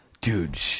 Dude